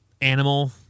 animal